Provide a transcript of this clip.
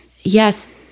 Yes